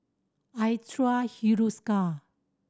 I trust Hiruscar